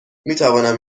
میتوانم